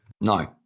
No